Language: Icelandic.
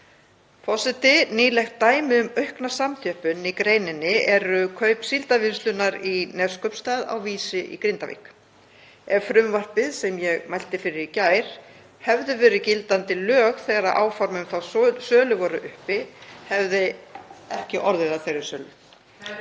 Forseti. Nýlegt dæmi um aukna samþjöppun í greininni eru kaup Síldarvinnslunnar í Neskaupstað á Vísi í Grindavík. Ef frumvarpið sem ég mælti fyrir í gær hefðu verið gildandi lög þegar áform um sölu voru uppi hefði ekki orðið af þeirri sölu.